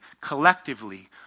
collectively